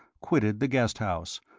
quitted the guest house,